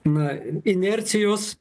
na inercijos